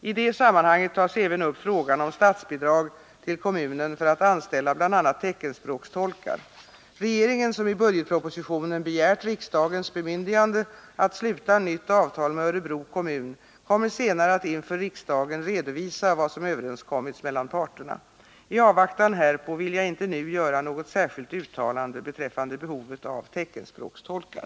I det sammanhanget tas även upp frågan om statsbidrag till kommunen för att anställa bl.a. teckenspråkstolkar. Regeringen, som i budgetpropositionen begärt riksdagens bemyndigande att sluta nytt avtal med Örebro kommun, kommer senare att inför riksdagen redovisa vad som överenskommits mellan parterna. I avvaktan härpå vill jag inte nu göra något särskilt uttalande beträffande behovet av teckenspråkstolkar.